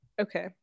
okay